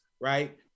right